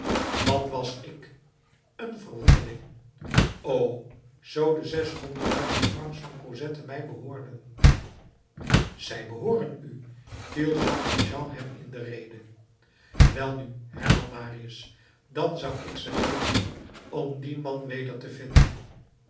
wat was ik een verwonneling o zoo de zeshonderd duizend francs van cosette mij behoorden zij behooren u viel jean valjean hem in de rede welnu hernam marius dan zou ik ze geven om dien man weder te vinden